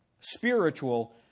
Spiritual